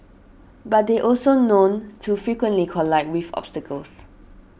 but they also known to frequently collide with obstacles